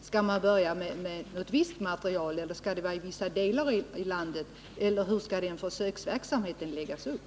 Skall man börja med viss materiel, eller skall försöksverksamheten bedrivas i vissa delar av landet, eller hur skall den läggas upp?